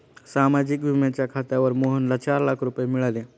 सामाजिक विम्याच्या खात्यावर मोहनला चार लाख रुपये मिळाले